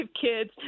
kids